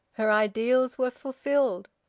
her ideals were fulfilled.